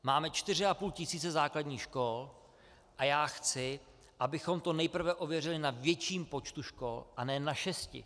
Máme čtyři a půl tisíce základních škol a já chci, abychom to nejprve ověřili na větším počtu škol, a ne na šesti.